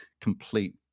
complete